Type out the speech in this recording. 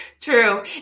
true